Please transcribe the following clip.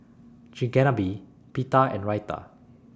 Chigenabe Pita and Raita